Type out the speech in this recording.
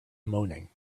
moaning